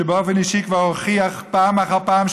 שבאופן אישי כבר הוכיח פעם אחר פעם,